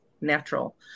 natural